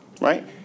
Right